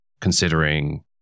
considering